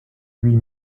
huit